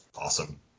awesome